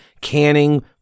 canning